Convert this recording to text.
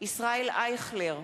ישראל אייכלר,